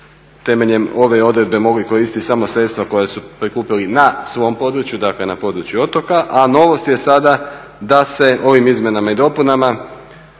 temeljem ove odredbe mogli koristiti samo sredstva koja su prikupili na svom području, dakle na području otoka, a novost je sada da se ovim izmjenama i dopunama